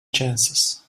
chances